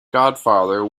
godfather